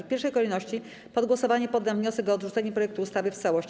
W pierwszej kolejności pod głosowanie poddam wniosek o odrzucenie projektu ustawy w całości.